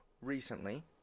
recently